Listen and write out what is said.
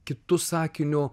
kitu sakiniu